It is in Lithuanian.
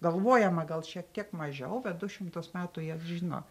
galvojama gal šiek tiek mažiau bet du šimtus metų jie žino